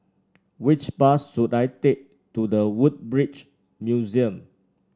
which bus should I take to The Woodbridge Museum